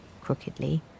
crookedly